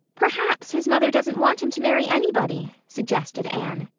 perhaps his mother doesn't want him to marry anybody, suggested anne.